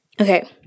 Okay